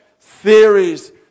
theories